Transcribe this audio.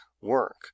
work